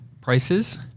prices